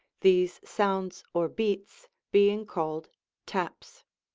these sounds or beats being called taps.